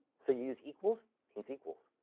so you use equals means equals.